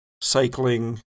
cycling